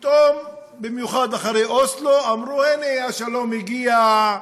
פתאום, במיוחד אחרי אוסלו, אמרו: הנה השלום הגיע,